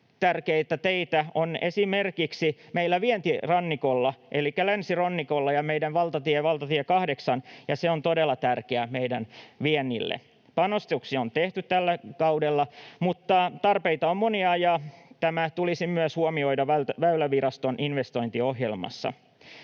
elintärkeitä teitä on meillä esimerkiksi vientirannikolla elikkä länsirannikolla: meidän valtatie 8 on todella tärkeä meidän viennille. Panostuksia on tehty tällä kaudella, mutta tarpeita on monia, ja tämä tulisi myös huomioida Väyläviraston investointiohjelmassa.